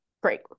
great